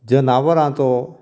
जनावरांचो